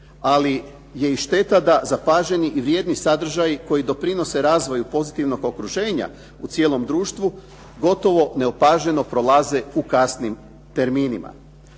ali je i šteta da zapaženi i vrijedni sadržaji koji doprinose razvoju pozitivnog okruženja u cijelom društvu gotovo neopaženo prolaze u kasnim terminima.